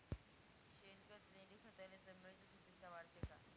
शेणखत, लेंडीखताने जमिनीची सुपिकता वाढते का?